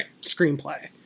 screenplay